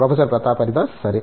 professor Pratap Haridas సరే